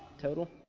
total.